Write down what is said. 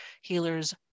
healers